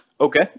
Okay